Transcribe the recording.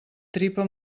tripa